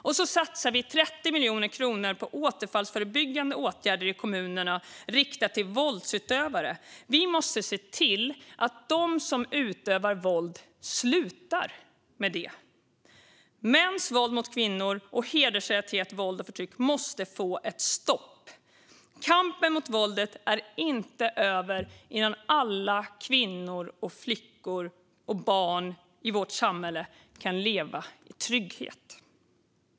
Vidare satsar vi 30 miljoner kronor på återfallsförebyggande åtgärder i kommunerna riktat till våldsutövare. Vi måste se till att de som utövar våld slutar med det. Mäns våld mot kvinnor och hedersrelaterat våld och förtryck måste få ett stopp. Kampen mot våldet är inte över förrän alla kvinnor, flickor och barn i vårt samhälle kan leva i trygghet.